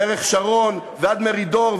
דרך שרון ועד מרידור,